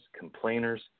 complainers